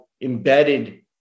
embedded